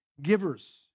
givers